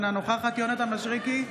אינה נוכחת יונתן מישרקי,